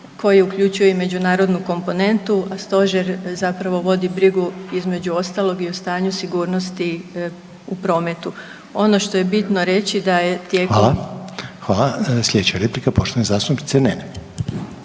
koji uključuje i međunarodnu komponentu, a stožer zapravo vodi brigu između ostalog i o stanju sigurnosti u prometu. Ono što je bitno reći da je …/Upadica: Hvala./… tijekom … **Reiner,